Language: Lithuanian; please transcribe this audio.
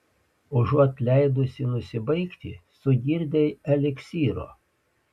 užuot leidusi nusibaigti sugirdei eliksyro